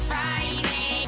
Friday